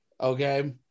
okay